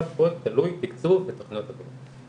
הפרויקט תלוי בתקצוב בתכניות העבודה.